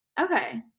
okay